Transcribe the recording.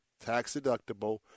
tax-deductible